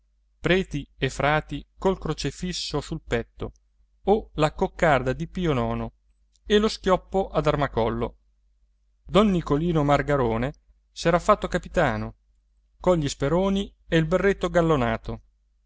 preti e frati col crocifisso sul petto o la coccarda di pio nono e lo schioppo ad armacollo don nicolino margarone s'era fatto capitano cogli speroni e il berretto